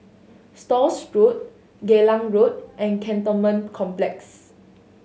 Stores Road Geylang Road and Cantonment Complex